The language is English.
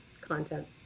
content